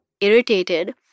irritated